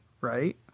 right